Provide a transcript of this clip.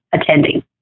attending